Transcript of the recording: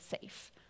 safe